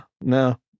no